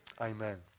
Amen